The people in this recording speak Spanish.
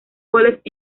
goles